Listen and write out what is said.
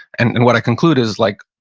and and what i conclude is like,